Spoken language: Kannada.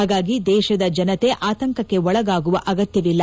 ಹಾಗಾಗಿ ದೇಶದ ಜನತೆ ಆತಂಕಕ್ಕೆ ಒಳಗಾಗುವ ಅಗತ್ಯವಿಲ್ಲ